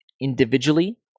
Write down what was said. individually